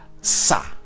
sa